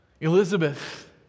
Elizabeth